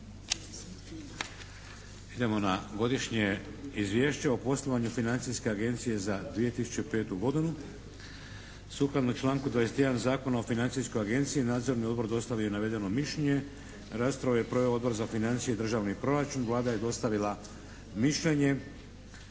Idemo na - Godišnje izvješće o poslovanju Financijske agencije za 2005. godinu Sukladno članku 21. Zakona o Financijskoj agenciji, nadzorni odbor dostavio je navedeno mišljenje. Raspravu je proveo Odbor za financije i državni proračun. Vlada je dostavila mišljenje.